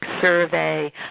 survey